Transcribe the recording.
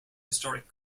historic